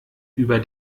über